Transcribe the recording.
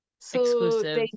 Exclusive